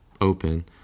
open